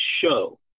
show